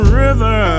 river